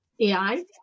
AI